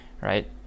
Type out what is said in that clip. right